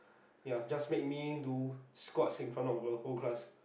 ya just make me do squat in front of the whole class